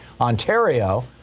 Ontario